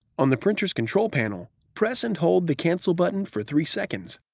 on the printer's control panel, press and hold the cancel button for three seconds.